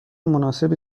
مناسبی